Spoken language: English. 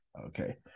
Okay